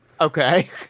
okay